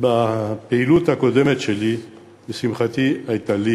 בפעילות הקודמת שלי הייתה לי,